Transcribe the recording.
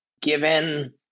given